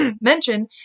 mention